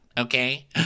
okay